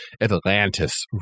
Atlantis